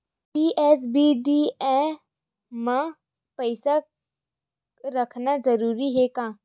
BSBDA मा पईसा रखना जरूरी हे का?